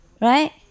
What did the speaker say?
right